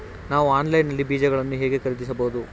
ನಾವು ಆನ್ಲೈನ್ ನಲ್ಲಿ ಬೀಜಗಳನ್ನು ಹೇಗೆ ಖರೀದಿಸಬಹುದು?